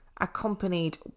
accompanied